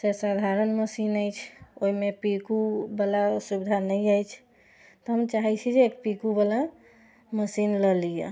से साधारण मशीन अछि ओहिमे पीको बला सुविधा नहि अछि तऽ हम चाहै छी जे एक पीको बला मशीन लऽ लिअ